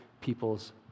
people's